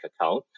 account